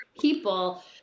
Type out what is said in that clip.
people